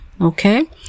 okay